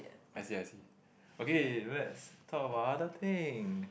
I see I see okay let's talk about other thing